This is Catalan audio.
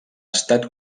estat